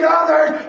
others